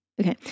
okay